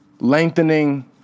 lengthening